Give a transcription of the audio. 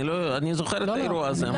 אני זוכר את האירוע הזה.